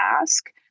ask